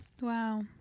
Wow